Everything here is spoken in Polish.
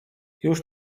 już